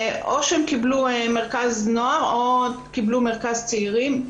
או שהם קיבלו מרכז נוער או מרכז צעירים,